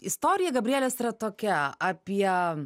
istorija gabrielės yra tokia apie